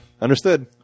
Understood